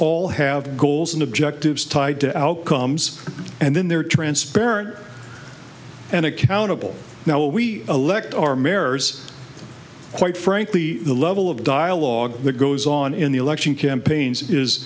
all have goals and objectives tied to outcomes and then they're transparent and accountable now we elect our mares quite frankly the level of dialogue that goes on in the election campaigns is